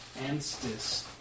Anstis